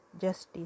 justice